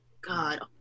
god